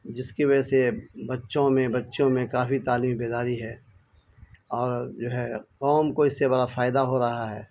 جس کی وجہ سے بچوں میں بچوں میں کافی تعلیمی بیداری ہے اور جو ہے قوم کو اس سے بڑا فائدہ ہو رہا ہے